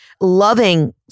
loving